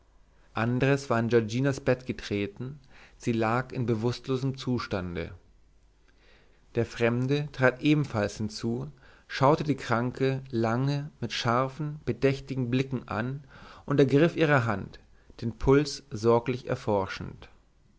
andres war an giorginas bett getreten sie lag in bewußtlosem zustande der fremde trat ebenfalls hinzu schaute die kranke lange mit scharfen bedächtigen blicken an und ergriff ihre hand den puls sorglich erforschend